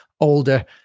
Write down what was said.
older